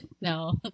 No